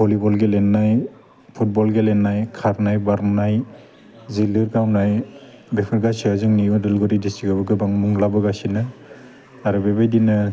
volleyball गेलेनाय football गेलेनाय खारनाय बारनाय जिलिर गावनाय बेफोर गासिया जोंनि उदालगुरि डिस्ट्रिक्टआव गोबां मुं लाबोगासिनो आरो बेबायदिनो